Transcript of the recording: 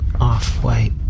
off-white